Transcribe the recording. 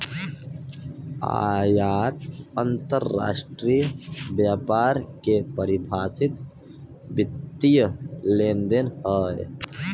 आयात अंतरराष्ट्रीय व्यापार के परिभाषित वित्तीय लेनदेन हौ